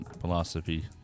philosophy